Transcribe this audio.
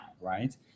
right